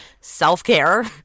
self-care